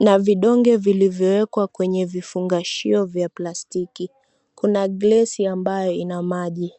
na vidonge vilivyowekwa kwenye vifungashio vya plastiki. Kuna glasi ambayo ina maji.